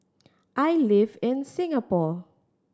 I live in Singapore